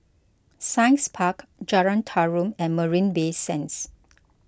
Science Park Jalan Tarum and Marina Bay Sands